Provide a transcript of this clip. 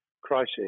crisis